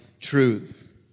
truths